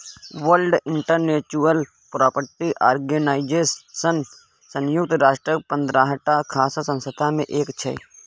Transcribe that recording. world Intellectual Property Organization संयुक्त राष्ट्रक पंद्रहटा खास संस्था मे एक छै